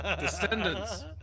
Descendants